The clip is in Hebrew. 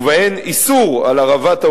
ובהן איסור על הרעבת האוכלוסייה,